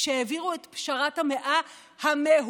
כשהעבירו את פשרת ה-100 המהוללת,